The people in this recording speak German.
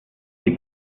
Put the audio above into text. die